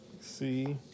See